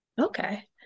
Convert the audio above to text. Okay